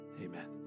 Amen